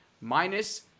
minus